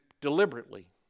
deliberately